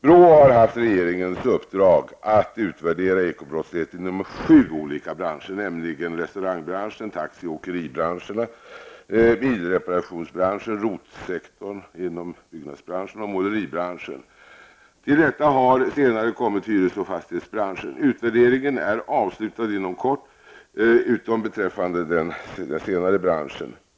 BRÅ har haft regeringens uppdrag att utvärdera ekobrottsligheten inom sju olika branscher, nämligen restaurangbranschen, taxi och åkeribranscherna, bilreparationsbranschen, ROT sektorn inom byggbranschen samt måleribranschen. Till detta har senare kommit hyres och fastighetsbranschen. Utvärderingen är avslutad inom kort, utom beträffande den senare branschen.